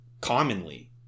commonly